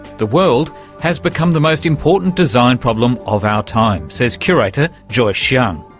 the world has become the most important design problem of our time says curator joyce hsiang,